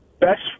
best